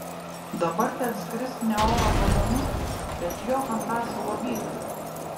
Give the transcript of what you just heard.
dabar ten skrisk ne oro balionu bet jok ant asilo bybio